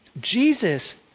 Jesus